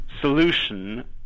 solution